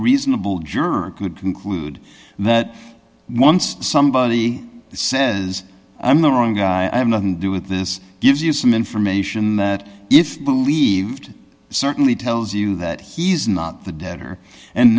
reasonable juror could conclude that once somebody says i'm the wrong guy i have nothing do with this gives you some information that if believed certainly tells you that he's not the debtor and